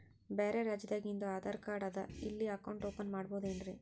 ಬ್ಯಾರೆ ರಾಜ್ಯಾದಾಗಿಂದು ಆಧಾರ್ ಕಾರ್ಡ್ ಅದಾ ಇಲ್ಲಿ ಅಕೌಂಟ್ ಓಪನ್ ಮಾಡಬೋದೇನ್ರಿ?